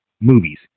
movies